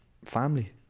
Family